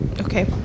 Okay